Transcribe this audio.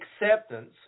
acceptance